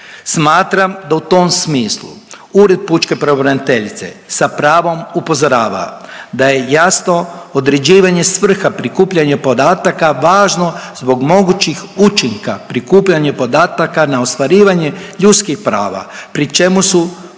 Smatram da u tom smislu ured pučke pravobraniteljice sa pravom upozorava da je jasno određivanje svrha prikupljanja podataka važno zbog mogućih učinka prikupljanje podataka na ostvarivanje ljudskih prava pri čemu se